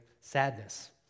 sadness